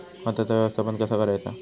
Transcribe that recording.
खताचा व्यवस्थापन कसा करायचा?